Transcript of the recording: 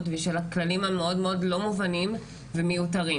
ושל הכללים המאוד לא מובנים ומיותרים.